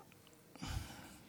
מי.